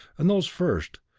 and those first,